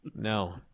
No